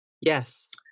Yes